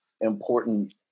important